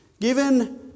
given